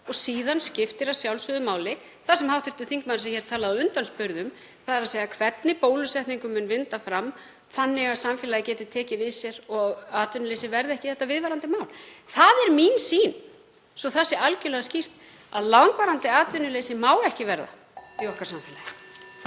Síðan skiptir að sjálfsögðu máli það sem hv. þingmaður sem hér talaði á undan spurði um, þ.e. hvernig bólusetningu mun vinda fram þannig að samfélagið geti tekið við sér og atvinnuleysi verði ekki viðvarandi vandamál. Það er mín sýn, svo að það sé algerlega skýrt, að langvarandi atvinnuleysi megi ekki verða í samfélagi